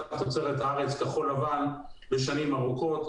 תוצרת הארץ כחול לבן לשנים ארוכות.